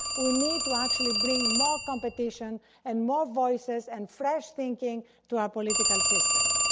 we need to actually bring more competition and more voices and fresh thinking to our political system.